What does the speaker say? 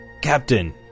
Captain